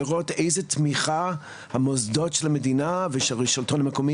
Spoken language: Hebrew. לראות איזו תמיכה המוסדות של המדינה ושל השלטון המקומי